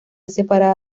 separada